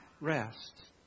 rest